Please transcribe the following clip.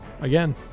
again